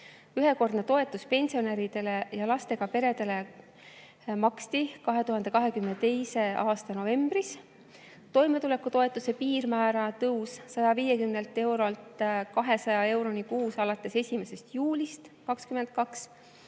ühekordset toetust pensionäridele ja lastega peredele maksti 2022. aasta novembris; toimetulekutoetuse piirmäära tõus 150 eurolt 200 euroni kuus alates 1. juulist 2022;